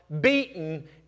beaten